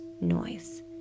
noise